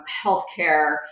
healthcare